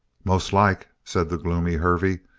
most like, said the gloomy hervey,